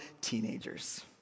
teenagers